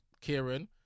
Kieran